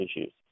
issues